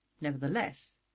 Nevertheless